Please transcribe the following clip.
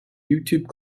youtube